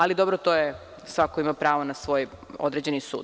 Ali dobro, to je, svako ima pravo na svoj određeni sud.